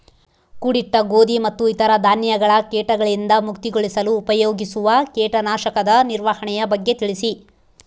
ಕೂಡಿಟ್ಟ ಗೋಧಿ ಮತ್ತು ಇತರ ಧಾನ್ಯಗಳ ಕೇಟಗಳಿಂದ ಮುಕ್ತಿಗೊಳಿಸಲು ಉಪಯೋಗಿಸುವ ಕೇಟನಾಶಕದ ನಿರ್ವಹಣೆಯ ಬಗ್ಗೆ ತಿಳಿಸಿ?